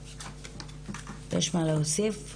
יש מה להוסיף?